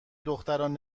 دختران